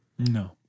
No